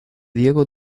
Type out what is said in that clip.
diego